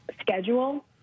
schedule